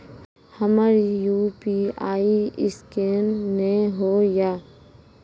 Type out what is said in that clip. हमर UPI scan नेय हो या?